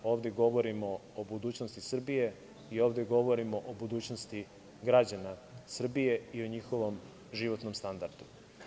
Ovde govorimo o budućnosti Srbije i ovde govorimo o budućnosti građana Srbije i o njihovom životnom standardu.